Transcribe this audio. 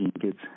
kids